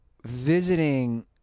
visiting